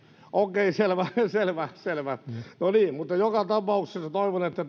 okei selvä selvä mutta joka tapauksessa toivon että